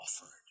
offered